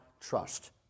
trust